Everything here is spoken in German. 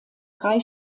drei